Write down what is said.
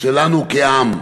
שלנו כעם.